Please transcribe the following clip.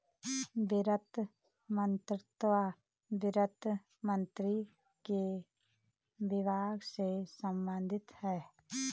वित्त मंत्रीत्व वित्त मंत्री के विभाग से संबंधित है